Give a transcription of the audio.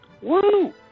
Woo